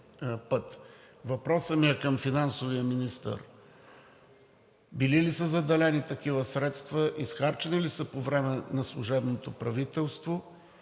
Въпросът ми е към финансовия министър. Били ли са заделени такива средства, изхарчени ли са по време на служебното правителство